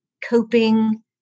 coping